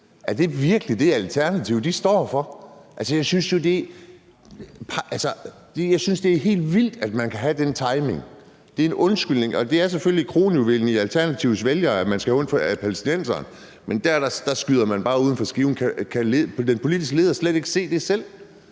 Er det virkelig det, Alternativet står for? Altså, jeg synes, det er helt vildt, at man kan have den timing. Det er en undskyldning, og det er selvfølgelig kronjuvelen for Alternativets vælgere, at man skal have ondt af palæstinenserne, men der skyder man bare uden for skiven. Kan den politiske leder slet ikke se det selv?